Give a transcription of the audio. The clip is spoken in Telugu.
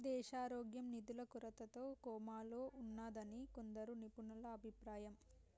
దేశారోగ్యం నిధుల కొరతతో కోమాలో ఉన్నాదని కొందరు నిపుణుల అభిప్రాయం